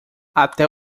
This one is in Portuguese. até